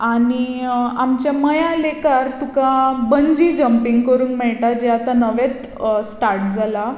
आनी आमच्या मया लेकार तुका बंजी जंपींग करूक मेळटा जें आतां नवेंत स्टार्ट जालां